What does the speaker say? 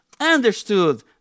understood